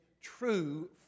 True